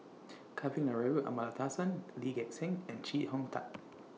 Kavignareru Amallathasan Lee Gek Seng and Chee Hong Tat